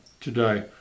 today